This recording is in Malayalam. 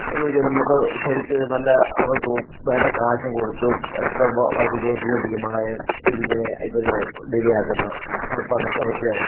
അത് ചെയ്ത് നമുക്ക് ശരിക്കും ഒരു നല്ല അവർക്ക് വേണ്ട കാശും കൊടുത്തു ഒക്കെ വർക്ക് ചെയ്യിപ്പിച്ചോണ്ടിരിക്കുമ്പോഴാണ് ഇതിങ്ങനെ ഇവർ ഡിലെ ആക്കുന്നത് ഒഴപ്പുന്ന ഒഴപ്പിയത്